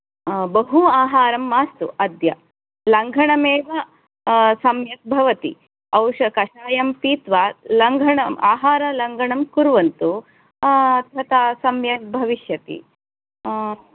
बहु आहारं मास्तु अद्य लन्घनमेव सम्यक् भवति औष कषायं पीत्वा लङ्घनम् आहारं लङ्घनं कुर्वन्तु तथा सम्यक् भविष्यति